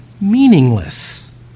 meaningless